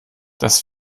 das